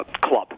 club